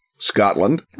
scotland